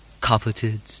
coveted